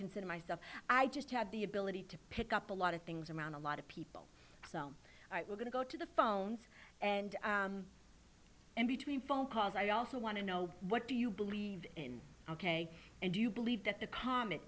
consider myself i just have the ability to pick up a lot of things around a lot of people so we're going to go to the phones and in between phone calls i also want to know what do you believe in ok and do you believe that the comic